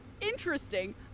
interesting